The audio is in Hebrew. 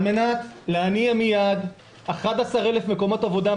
על מנת להניע מיד 11,000 מקומות עבודה,